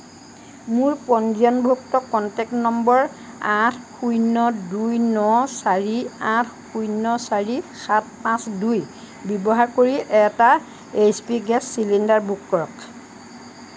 মোৰ পঞ্জীয়নভুক্ত contact number আঠ শূন্য দুই ন চাৰি আঠ শূন্য চাৰি সাত পাঁচ দুই ব্যৱহাৰ কৰি এটা H P gas cylinder book কৰক